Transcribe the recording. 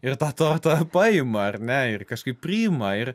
ir tą tortą paima ar ne ir kažkaip priima ir